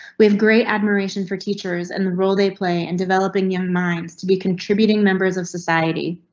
we have great admiration for teachers and the role they play in developing young minds to be contributing members of society.